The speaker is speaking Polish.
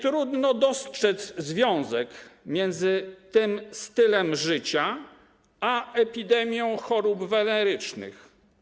Nietrudno dostrzec związek między tym stylem życia a epidemią chorób wenerycznych.